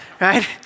right